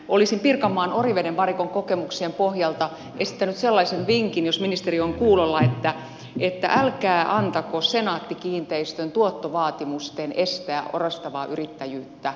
olisin pirkanmaan oriveden varikon kokemuksien pohjalta esittänyt sellaisen vinkin jos ministeri on kuulolla että älkää antako senaatti kiinteistöjen tuottovaatimusten estää orastavaa yrittäjyyttä